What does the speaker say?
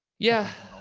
yeah.